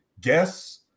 guess